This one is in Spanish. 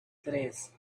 tres